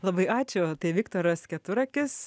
labai ačiū tai viktoras keturakis